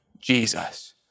Jesus